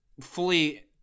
fully